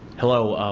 hello.